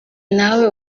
nawe